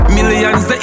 Millions